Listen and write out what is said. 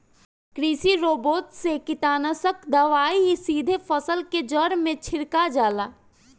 कृषि रोबोट से कीटनाशक दवाई सीधे फसल के जड़ में छिड़का जाला